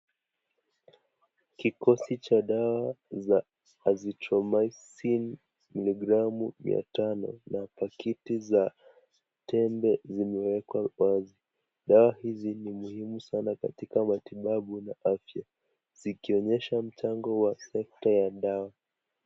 Kiboksi cha dawa 'Azithromycin' miligramu mia tano na pakiti za tembe zimewekwa wazi, dawa hizi ni muhimu sana katika matibabu na afya, zikionyesha mchango wa sekta ya dawa.